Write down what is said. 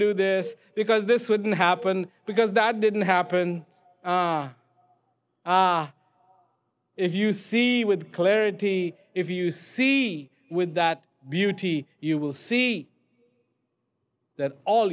do this because this wouldn't happen because that didn't happen if you see with clarity if you see with that beauty you will see that all